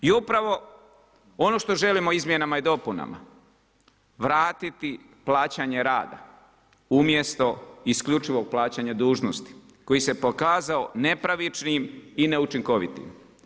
I upravo ono što želimo izmjenama i dopunama vratiti plaćanje rada umjesto isključivog plaćanja dužnosti koji se pokazao nepravičnim i neučinkovitim.